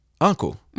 uncle